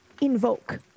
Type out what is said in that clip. invoke